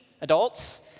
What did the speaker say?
adults